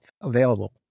available